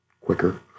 quicker